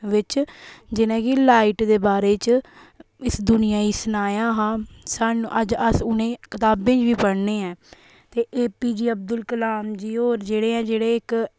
बिच्च जि'नेंगी लाइट दे बारे च इस दुनिया ई सनाया हा सानू अज्ज अस उ'नें कताबें च बी पढ़ने आं ते A P J Abdul Kalam ji होर जेह्ड़े ऐ जेह्ड़े इक